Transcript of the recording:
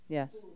Yes